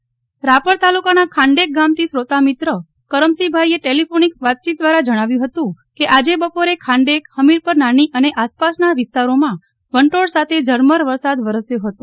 નેહલ ઠક્કર હવામાન રાપર તાલુકાના ખાંડેક ગામથી શ્રોતામિત્ર કરમશીભાઈએ ટેલિફોનીક વાતચીત દ્વારા જણાવ્યું હતું કે આજે બપોરે ખાંડેક હમીરપર નાની અને આસપાસના વિસ્તારોમાં વંટોળ સાથે ઝરમર વરસાદ વરસ્યો હતો